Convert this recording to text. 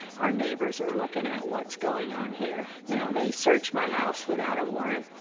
our neighbors are looking at, what's going on here you know they search my house without a warrant.